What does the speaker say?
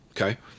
okay